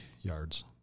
yards